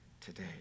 today